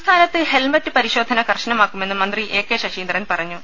സംസ്ഥാനത്ത് ഹെൽമറ്റ് പരിശോധന കർശനമാക്കു മെന്ന് മന്ത്രി എ കെ ശശീന്ദ്രൻ പറഞ്ഞു